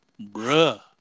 Bruh